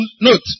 note